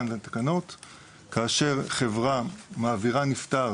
כאשר חברה מעבירה נפטר